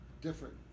different